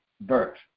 birth